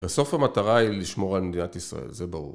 בסוף המטרה היא לשמור על מדינת ישראל, זה ברור